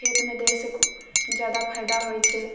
खेतमे दैसँ ज्यादा फायदा होइ छै